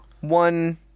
One